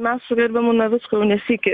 mes su gerbiamu navicku jau ne sykį